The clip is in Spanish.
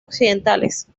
occidentales